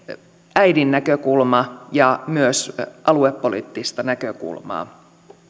äidin näkökulma ja myös aluepoliittista näkökulmaa